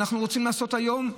אנחנו רוצים לעשות היום,